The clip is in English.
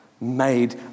made